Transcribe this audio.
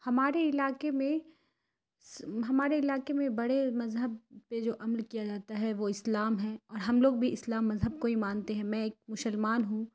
ہمارے علاقے میں ہمارے علاقے میں بڑے مذہب پہ جو عمل کیا جاتا ہے وہ اسلام ہے اور ہم لوگ بھی اسلام مذہب کو ہی مانتے ہیں میں ایک مسلمان ہوں